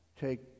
take